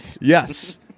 Yes